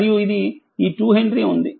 మరియు ఇది ఈ2హెన్రీ ఉంది